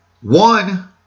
one